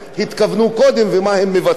תודה רבה לחבר הכנסת עפו אגבאריה.